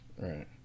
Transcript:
right